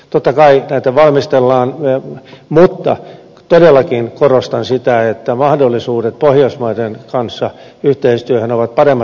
totta kai näitä valmistellaan mutta todellakin korostan sitä että mahdollisuudet yhteistyöhön pohjoismaiden kanssa ovat paremmat kuin aikaisemmin